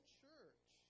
church